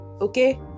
Okay